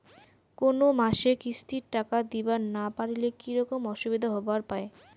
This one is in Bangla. কোনো মাসে কিস্তির টাকা দিবার না পারিলে কি রকম অসুবিধা হবার পায়?